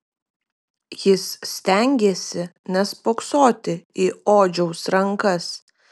jis stengėsi nespoksoti į odžiaus rankas